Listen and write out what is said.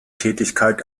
tätigkeit